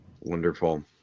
wonderful